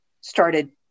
started